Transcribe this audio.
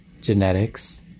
genetics